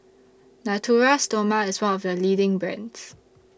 Natura Stoma IS one of The leading brands